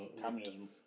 Communism